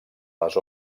les